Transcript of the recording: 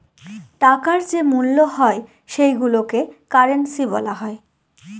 টাকার যে মূল্য হয় সেইগুলোকে কারেন্সি বলা হয়